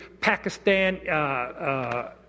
Pakistan